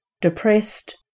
depressed